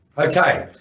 ok,